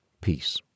peace